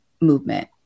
movement